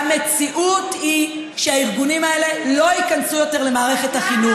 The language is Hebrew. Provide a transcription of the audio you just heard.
המציאות היא שהארגונים האלה לא ייכנסו יותר למערכת החינוך,